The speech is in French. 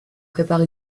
prépare